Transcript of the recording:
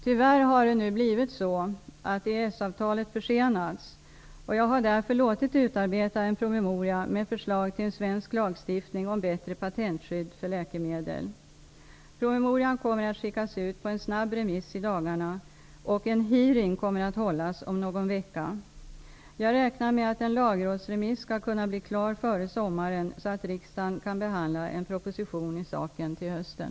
Tyvärr har det ju nu blivit så att EES-avtalet försenats, och jag har därför låtit utarbeta en promemoria med förslag till en svensk lagstiftning om bättre patentskydd för läkemedel. Promemorian kommer att skickas ut på en snabb remiss i dagarna, och en hearing kommer att hållas om någon vecka. Jag räknar med att en lagrådsremiss skall kunna bli klar före sommaren så att riksdagen kan behandla en proposition till hösten.